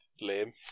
lame